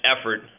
effort